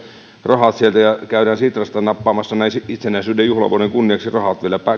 rahat ja käydään sitrasta nappaamassa näin itsenäisyyden juhlavuoden kunniaksi rahat vielä